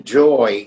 joy